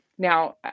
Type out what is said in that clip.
Now